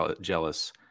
jealous